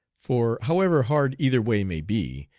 for however hard either way may be,